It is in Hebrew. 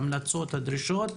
ההמלצות והדרישות.